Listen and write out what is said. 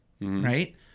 right